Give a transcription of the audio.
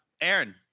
Aaron